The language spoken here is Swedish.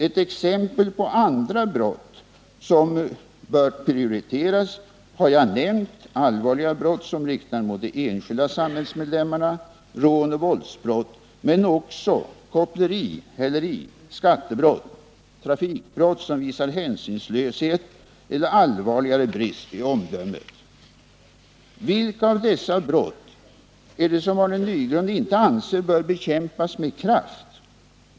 Som exempel på andra brott som bör prioriteras har jag nämnt allvarligare brott som riktar sig mot de enskilda samhällsmedlemmarna, bl.a. rån och våldsbrott. Jag har också pekat på koppleri, häleri, skattebrott och trafikbrott som visar hänsynslöshet eller allvarligare brist i omdömet. Vilka av dessa brott anser Arne Nygren inte bör bekämpas med kraft?